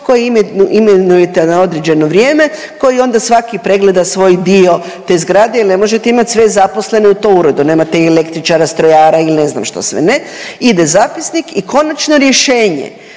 koje imenujete na određeno vrijeme koji onda svaki pregleda svoj dio te zgrade jel ne možete imat sve zaposlene u tom uredu, nemate električara, strojara ili ne znam što sve ne, ide zapisnik i konačno rješenje